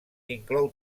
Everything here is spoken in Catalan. inclou